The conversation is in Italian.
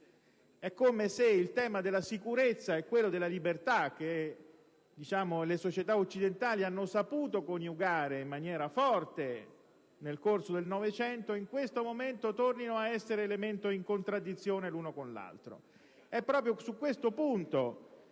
È come se il tema della sicurezza e quello della libertà, che le società occidentali hanno saputo coniugare in maniera forte nel corso del Novecento, in questo momento tornassero ad essere elementi in contraddizione l'uno con l'altro.